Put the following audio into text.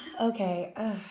Okay